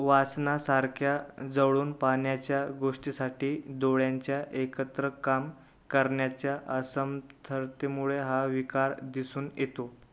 वाचनासारख्या जवळून पाहण्याच्या गोष्टीसाठी डोळ्यांच्या एकत्र काम करण्याच्या असमर्थतेमुळे हा विकार दिसून येतो